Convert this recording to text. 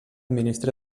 ministre